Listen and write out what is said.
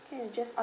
can we'll just